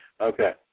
Okay